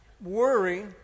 worry